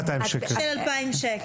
של 2,000 שקל.